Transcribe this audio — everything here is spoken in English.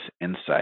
insight